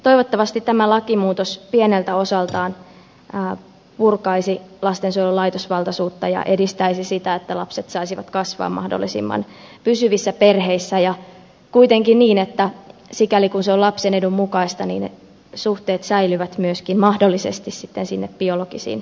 toivottavasti tämä lakimuutos pieneltä osaltaan purkaisi lastensuojelulaitosvaltaisuutta ja edistäisi sitä että lapset saisivat kasvaa mahdollisimman pysyvissä perheissä kuitenkin niin että sikäli kun se on lapsen edun mukaista suhteet mahdollisesti säilyvät myöskin biologisiin vanhempiin